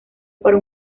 para